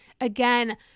again